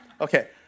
Okay